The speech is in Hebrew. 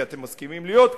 כי אתם מסכימים להיות כאן,